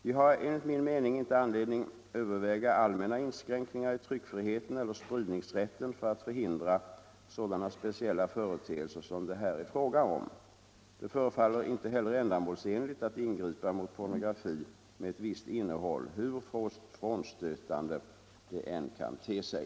Vi har enligt min mening inte anledning överväga allmänna inskränkningar i tryckfriheten eller spridningsrätten för att förhindra sådana speciella företeelser som det här är fråga om. Det förefaller inte heller ändamålsenligt att ingripa mot pornografi med ett visst innehåll, hur frånstötande det än kan te sig.